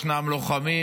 ישנם לוחמים,